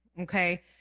Okay